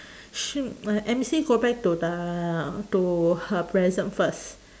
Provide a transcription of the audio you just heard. shin~ uh M_C go back to the to her present first